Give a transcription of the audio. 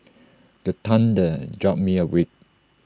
the thunder jolt me awake